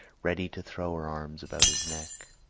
ready to throw her arms about his neck.